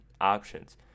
options